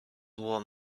warm